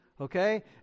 Okay